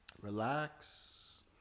Relax